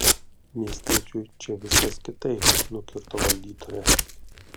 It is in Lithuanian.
miestiečiui čia viskas kitaip nukirto valdytojas